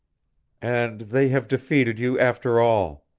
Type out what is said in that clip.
and they have defeated you after all.